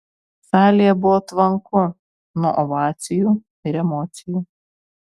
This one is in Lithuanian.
salėje buvo tvanku nuo ovacijų ir emocijų